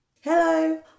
Hello